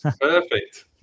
Perfect